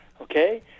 okay